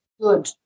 good